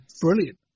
brilliant